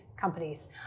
companies